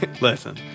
Listen